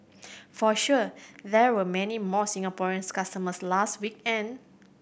for sure there were many more Singaporean customers last weekend